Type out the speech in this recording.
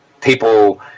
people